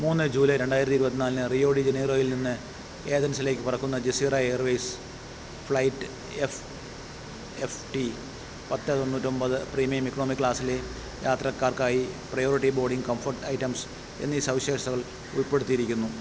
മൂന്ന് ജൂലൈ രണ്ടായിരത്തി ഇരുപത്തിന്നാലിന് റിയോ ഡി ജനീറോയിൽ നിന്ന് ഏഥൻസിലേക്ക് പറക്കുന്ന Jazeera airways flight F F T പത്ത് തൊണ്ണൂറ്റിയൊൻപത് പ്രീമിയം ഇക്കണോമി ക്ലാസിലെ യാത്രക്കാർക്കായി പ്രയോറിറ്റി ബോർഡിങ് കംഫോർട്ട് ഐറ്റംസ് എന്നീ സവിശേഷതകൾ ഉൾപ്പെടുത്തിയിരിക്കുന്നു